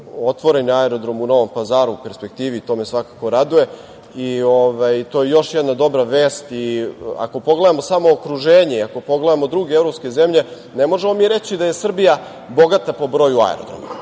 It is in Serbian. otvoren aerodrom u Novom Pazaru, u perspektivi, to me svakako raduje, to je još jedna dobra vest. Ako pogledamo samo okruženje, ako pogledamo druge evropske zemlje, ne možemo mi reći da je Srbija bogata po broju aerodroma,